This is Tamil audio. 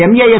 எம்ஏஎஸ்